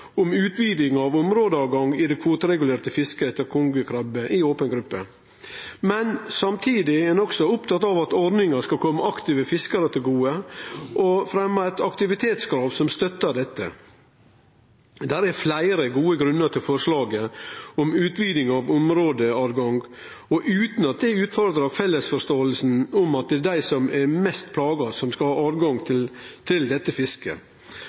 i det kvoteregulerte fisket etter kongekrabbe i open gruppe. Men samtidig er ein også opptatt av at ordninga skal kome aktive fiskarar til gode, og fremjar eit aktivitetskrav som støttar dette. Det er fleire gode grunnar til forslaget om å utvide områdetilgangen og utan at det utfordrar fellesforståinga av at det er dei som er mest plaga, som skal ha tilgang til dette fisket.